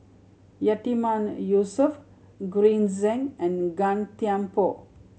Yatiman Yusof Green Zeng and Gan Thiam Poh